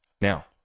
now